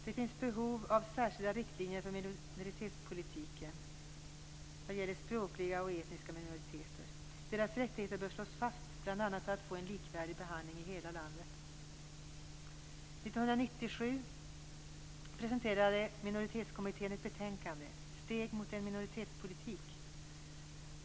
Det finns behov av särskilda riktlinjer för minoritetspolitiken vad gäller språkliga och etniska minoriteter. Deras rättigheter bör slås fast bl.a. för att få en likvärdig behandling i hela landet. 1997 Steg mot en minoritetspolitik.